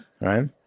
right